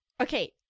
Okay